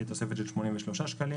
תהיה תוספת של 83 שקלים.